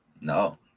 No